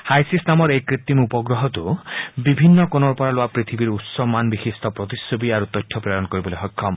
হাইছি্ছ নামৰ এই কৃত্ৰিম উপগ্ৰহটো বিভিন্ন কোণৰ পৰা লোৱা পৃথিৱীৰ উচ্চ মান বিশিট্ট প্ৰতিচ্ছবি আৰু তথ্য প্ৰেৰণ কৰিবলৈ সক্ষম